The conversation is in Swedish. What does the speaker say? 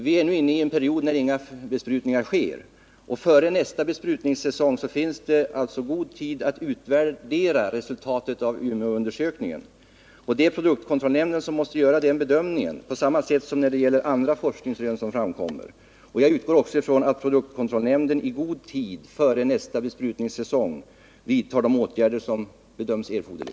Vi är nu inne i en period då inga besprutningar sker. Och före nästa besprutningssäsong finns det alltså god tid att utvärdera resultatet av Umeåundersökningen. Det är produktkontrollnämnden som måste göra den bedömningen, på samma sätt som beträffande andra forskningsrön som framkommer. Jag utgår också ifrån att produktkontrollnämnden i god tid före nästa besprutningssäsong vidtar de åtgärder som bedöms erforderliga.